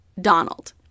Donald